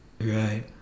Right